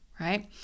right